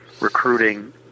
recruiting